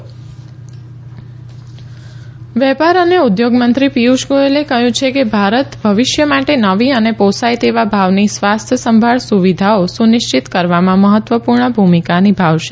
ગોયલ સ્વાસ્થ્ય સંભાળ વાણિજય મંત્રી પીયુષ ગોયલે કહ્યું છે કે ભારત ભવિષ્ય માટે નવી અને પોસાય તેવા ભાવની સ્વાસ્થ્ય સંભાળ સુવિધાઓ સુનિશ્ચિત કરવામાં મહત્વપુર્ણ ભૂમિકા નિભાવશે